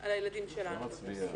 על הילדים שלנו.